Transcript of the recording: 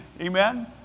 amen